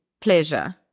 Pleasure